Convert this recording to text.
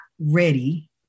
ready